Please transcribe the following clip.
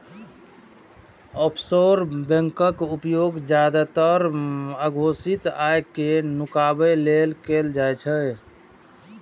offshore बैंकक उपयोग जादेतर अघोषित आय कें नुकाबै लेल कैल जाइ छै